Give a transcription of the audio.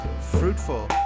fruitful